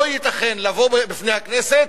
לא ייתכן לבוא בפני הכנסת,